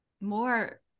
more